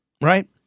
right